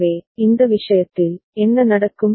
எனவே இந்த விஷயத்தில் என்ன நடக்கும்